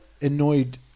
annoyed